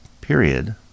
period